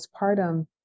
postpartum